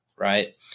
Right